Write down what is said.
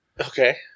Okay